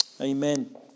Amen